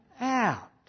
out